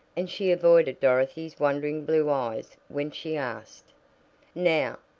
and she avoided dorothy's wondering blue eyes when she asked now,